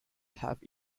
have